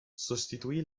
sostituì